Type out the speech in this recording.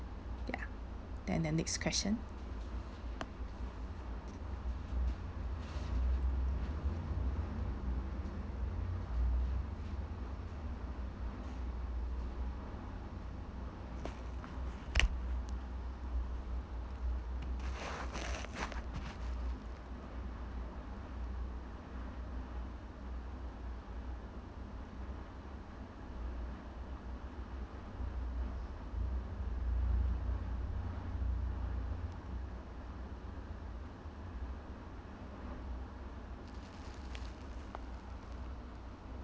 ya then the next question